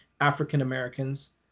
African-Americans